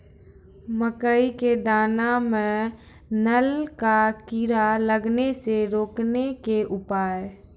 मकई के दाना मां नल का कीड़ा लागे से रोकने के उपाय?